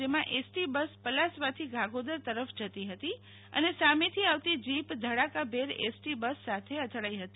જેમાં ST bus પલાસવાથી ગાગોદર તરફ જતી હતી અને સામેથી આવતી જીપ ધડાકાભેર એસટી બસ સાથે અથડાઈ હતી